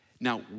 Now